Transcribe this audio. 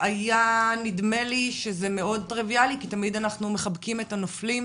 היה נדמה לי שזה מאוד טריוויאלי כי תמיד אנחנו מחבקים את הנופלים,